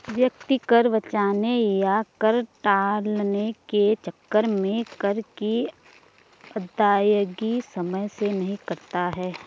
व्यक्ति कर बचाने या कर टालने के चक्कर में कर की अदायगी समय से नहीं करता है